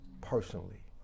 personally